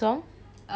ya